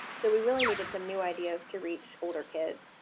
so we really needed some new ideas to reach older kids,